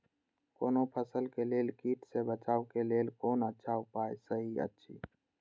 कोनो फसल के लेल कीट सँ बचाव के लेल कोन अच्छा उपाय सहि अछि?